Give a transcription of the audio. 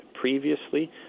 previously